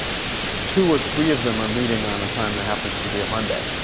two or three of them are meeting on a time that happens to be a monday.